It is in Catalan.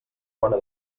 bona